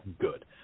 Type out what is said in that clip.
good